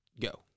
go